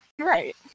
Right